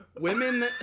Women